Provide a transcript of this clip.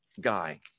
guy